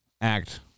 act